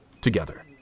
together